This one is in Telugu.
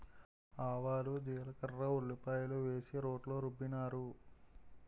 ఆవాలు జీలకర్ర ఉల్లిపాయలు వేసి రోట్లో రుబ్బినారు